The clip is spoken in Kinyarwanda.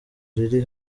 riri